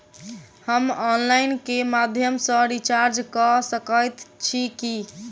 हम ऑनलाइन केँ माध्यम सँ रिचार्ज कऽ सकैत छी की?